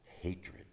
hatred